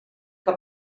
que